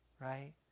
right